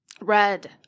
red